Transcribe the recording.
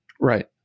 Right